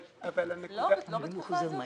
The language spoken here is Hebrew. אני לא אסכים לפחות מחמש שנים